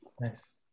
Nice